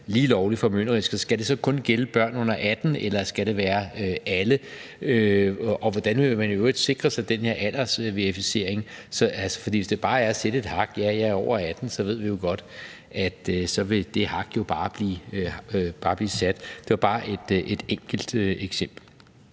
lige lovlig formynderisk. Og skal det så kun gælde børn under 18 år, eller skal det være alle? Og hvordan vil man i øvrigt sikre sig den her aldersverificering? For hvis det bare er at sætte et hak ud for »ja, jeg er over 18 år«, så ved vi jo godt, at det hak bare vil blive sat. Det var bare et enkelt eksempel.